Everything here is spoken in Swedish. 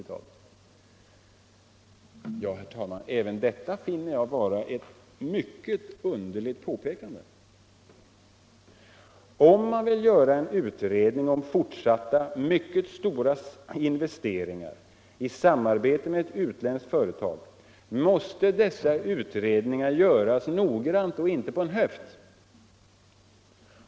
Även detta finner jag vara ett mycket underligt påpekande. Om man vill göra en utredning om fortsatta, mycket stora investeringar i samarbete med ett utländskt företag måste denna utredning göras noggrant och inte på en höft.